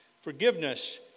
forgiveness